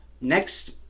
next